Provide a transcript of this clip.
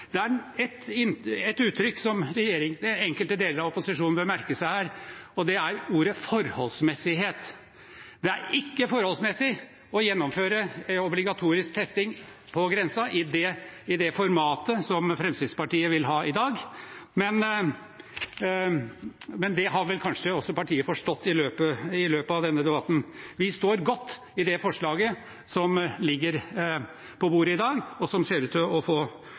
Det er ett uttrykk som enkelte deler av opposisjonen bør merke seg, og det er ordet «forholdsmessighet». Det er ikke forholdsmessig å gjennomføre obligatorisk testing på grensen i det formatet som Fremskrittspartiet vil ha i dag, men det har vel kanskje også partiet forstått i løpet av denne debatten. Vi står godt i det forslaget som ligger på bordet i dag, og som ser ut til å få